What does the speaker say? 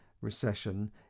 recession